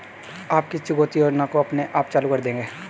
आप किस चुकौती योजना को अपने आप चालू कर देंगे?